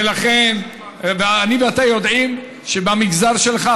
אתה ואני יודעים שבמגזר שלך,